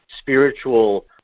spiritual